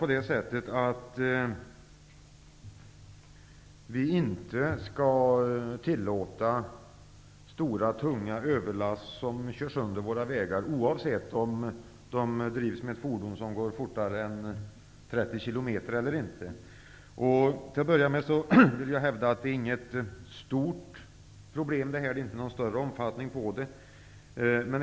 Vi skall självfallet inte tillåta stora tunga överlast som kör sönder våra vägar, oavsett om fordonet går fortare än 30 km/tim eller inte. Jag vill hävda att detta inte är något stort problem. Dessa transporter har inte någon större omfattning.